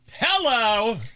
Hello